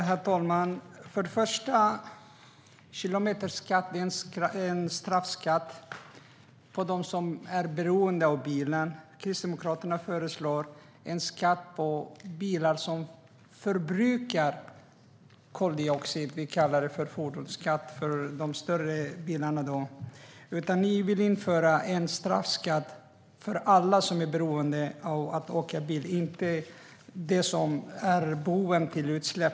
Herr talman! För det första är kilometerskatten en straffskatt på dem som är beroende av bilen. Kristdemokraterna föreslår en skatt på bilar som förbrukar koldioxid - vi kallar det för fordonsskatt för de större bilarna. Men ni vill införa en straffskatt för alla som är beroende av att åka bil och inte för bovarna när det gäller utsläpp.